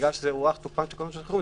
בגלל שזו הארכת תוקפן של תקנות שעת חירום,